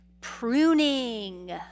pruning